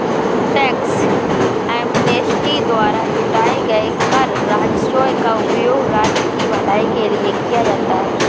tax amnesty द्वारा जुटाए गए कर राजस्व का उपयोग राज्य की भलाई के लिए किया जाता है